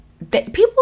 people